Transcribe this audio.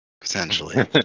Potentially